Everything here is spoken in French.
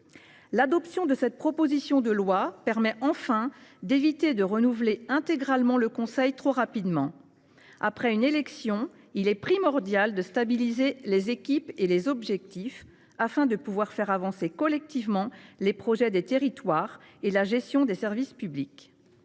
L’adoption de cette proposition de loi permet enfin d’éviter de renouveler intégralement le conseil trop rapidement. Après une élection, il est primordial de stabiliser les équipes et les objectifs afin de pouvoir faire avancer collectivement les projets de territoire et les services publics.